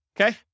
Okay